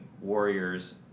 warriors